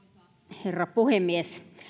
herra puhemies